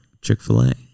Chick-fil-A